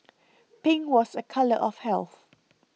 pink was a colour of health